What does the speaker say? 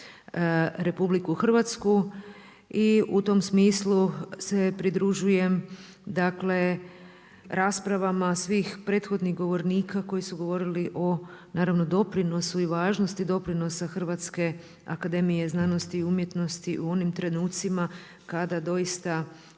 važnosti za RH. I u tom smislu se pridružujem raspravama svih prethodnih govornika koji su govorili naravno o doprinosu i važnosti doprinosa Hrvatske akademije znanosti i umjetnosti u onim trenucima kada doista